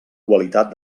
qualitat